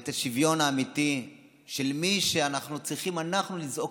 ואת השוויון האמיתי של מי שאנחנו צריכים לזעוק,